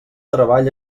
treball